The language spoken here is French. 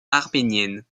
arménienne